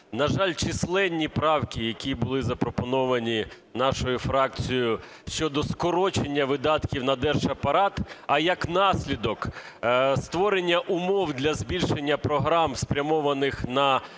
На жаль, численні правки, які були запропоновані нашою фракцією щодо скорочення видатків на держапарат, а як наслідок створення умов для збільшення програм спрямованих на фінансування